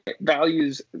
values